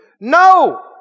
No